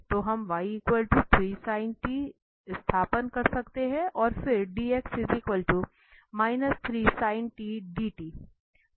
तो हम y 3 sin t स्थानापन्न कर सकते हैं और फिर dx 3 sin t dt